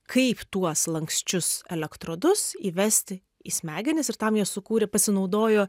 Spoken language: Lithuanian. kaip tuos lanksčius elektrodus įvesti į smegenis ir tam jie sukūrė pasinaudojo